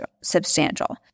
substantial